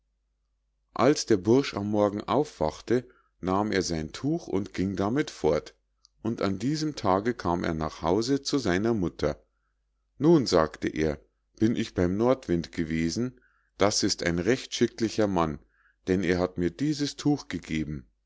als der bursch am morgen erwachte nahm er sein tuch und ging damit fort und an diesem tage kam er nach hause zu seiner mutter nun sagte er bin ich beim nordwind gewesen das ist ein recht schicklicher mann denn er hat mir dieses tuch gegeben